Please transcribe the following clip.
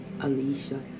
Alicia